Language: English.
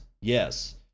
Yes